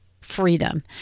freedom